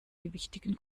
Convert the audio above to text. gewichtigen